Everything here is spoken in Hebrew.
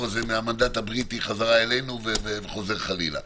מהמנדט הבריטי חזרה אלינו וחוזר חלילה.